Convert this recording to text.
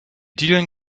dielen